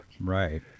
Right